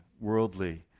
worldly